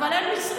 אבל אין משרד.